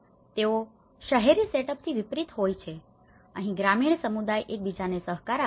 તેઓ શહેરી સેટઅપથી વિપરીત હોય છે અહીં ગ્રામીણ સમુદાય એક બીજાને સહકાર આપે છે